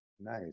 Nice